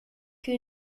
que